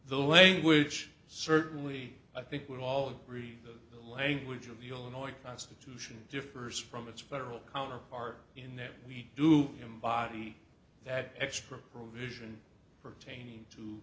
the language certainly i think we all agree that the language of the illinois constitution differs from its federal counterpart in that we do embody that extra provision pertaining to